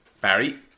Barry